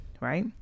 Right